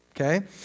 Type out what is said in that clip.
okay